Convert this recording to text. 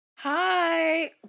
Hi